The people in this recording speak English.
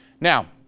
Now